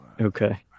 Okay